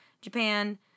Japan